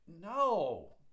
No